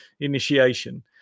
initiation